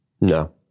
No